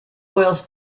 boils